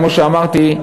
כמו שאמרתי,